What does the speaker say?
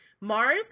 mars